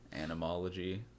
Animology